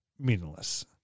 meaningless